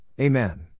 Amen